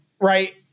right